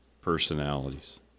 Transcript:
personalities